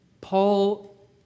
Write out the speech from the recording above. Paul